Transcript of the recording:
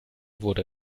wurde